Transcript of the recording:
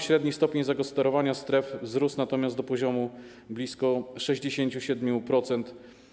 Średni stopień zagospodarowania stref wzrósł natomiast do poziomu blisko 67%.